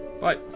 Bye